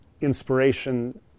inspiration